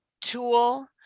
tool